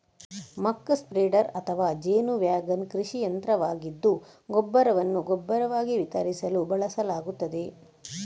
ಮಕ್ spreader ಅಥವಾ ಜೇನು wagon ಕೃಷಿ ಯಂತ್ರವಾಗಿದ್ದು ಗೊಬ್ಬರವನ್ನು ಗೊಬ್ಬರವಾಗಿ ವಿತರಿಸಲು ಬಳಸಲಾಗುತ್ತದೆ